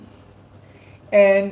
and